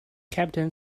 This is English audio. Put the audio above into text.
captain